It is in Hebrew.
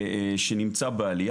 שנמצא בעליה.